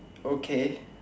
okay